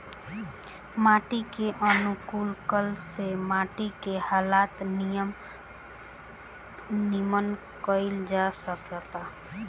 माटी के अनुकूलक से माटी के हालत निमन कईल जा सकेता